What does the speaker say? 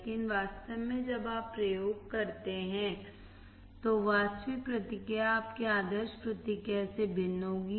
लेकिन वास्तव में जब आप प्रयोग करते हैं तो वास्तविक प्रतिक्रिया आपकी आदर्श प्रतिक्रिया से भिन्न होगी